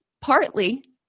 partly